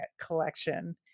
collection